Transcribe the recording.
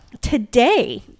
today